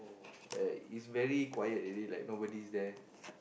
uh it's very quiet already like nobody's there